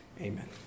Amen